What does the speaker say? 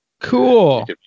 cool